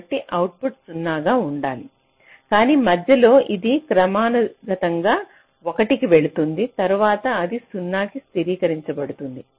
కాబట్టి అవుట్పుట్ సున్నాగా ఉండాలి కానీ మధ్యలో ఇది క్రమానుగతంగా 1 కి వెళ్తుంది తరువాత అది 0 కి స్థిరీకరించబడుతుంది